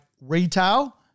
retail